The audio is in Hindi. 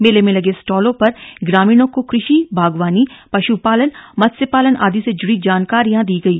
मेले में लगे स्टालों पर ग्रामीणों को कृषि बागवानी पश्पालन मस्त्यपालन आदि से जुड़ी जानकारियां दी गई